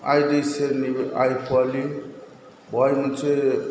आइ दै सेरनि आइफ'वालि बहाय मोनसे